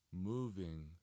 Moving